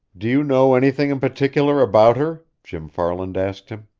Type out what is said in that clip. do you know anything in particular about her? jim farland asked him.